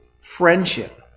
Friendship